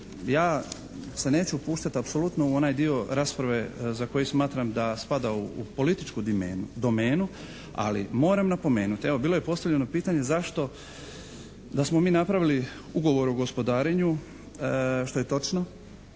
ja se neću upuštati apsolutno u onaj dio rasprave za koji smatram da spada u političku domenu ali moram napomenuti, evo bilo je postavljeno pitanje zašto, da smo mi napravili Ugovor o gospodarenju što je točno